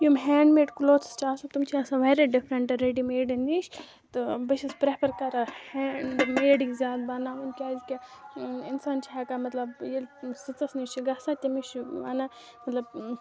یِم hand made clothes چھِ آسان تِم چھِ آسان واریاہ ڈِفرینٹ ریڈی میٚڈن نِش تہٕ بہٕ چھَس پرٛیفر کران ہیٚنڈ میٚڈٕے زیادٕ بَناوُن کیٛازِ کہِ اِنسان چھُ ہیٚکان مطلب ییٚلہ سٕژس نِش چھُ گَژھان تٔمِس چِھ ونان مطلب